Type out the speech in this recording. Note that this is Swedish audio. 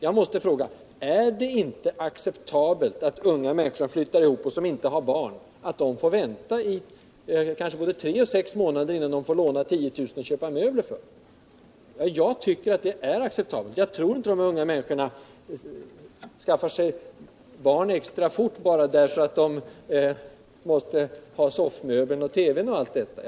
Jag måste fråga: Är det inte acceptabelt att unga människor som flyttar ihop och som inte har barn får vänta kanske både tre och sex månader innan de får låna 10 000 kr. att köpa möbler för? Jag tycker att det är acceptabelt. Jag tror inte alt unga människor skaffar sig barn extra fort bara därför att de måste ha soffmöbeln, TV-apparaten och allt det där.